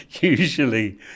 usually